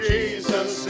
Jesus